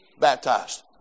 baptized